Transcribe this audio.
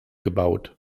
gebaut